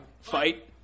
Fight